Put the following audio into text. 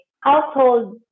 household